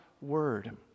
Word